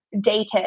dated